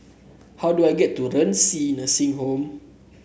how do I get to Renci Nursing Home